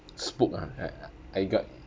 spooked ah I I I got